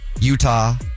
Utah